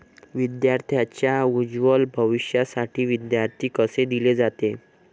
विद्यार्थांच्या उज्ज्वल भविष्यासाठी विद्यार्थी कर्ज दिले जाते